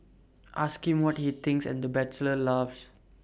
ask him what he thinks and the bachelor laughs